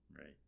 Right